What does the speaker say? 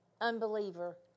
unbeliever